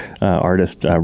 artist